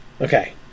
Okay